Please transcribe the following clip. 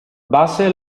vase